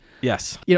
Yes